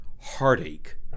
heartache